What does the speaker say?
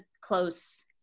close